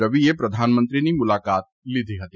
રવિએ પ્રધાનમંત્રીની મુલાકાત લીધી હતી